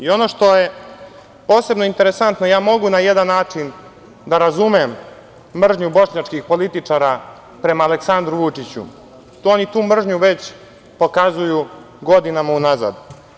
Ono što je posebno interesantno, mogu na jedan način da razumem mržnju bošnjačkih političara prema Aleksandru Vučiću, oni tu mržnju već pokazuju godinama unazad.